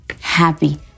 happy